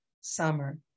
summer